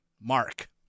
mark